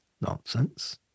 nonsense